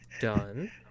done